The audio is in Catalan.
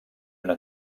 una